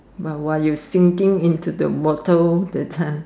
while you sinking into the water that time